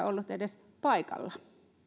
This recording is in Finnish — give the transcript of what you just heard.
ollut edes paikalla